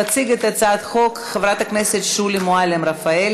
תציג את הצעת החוק חברת הכנסת שולי מועלם-רפאלי,